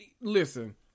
listen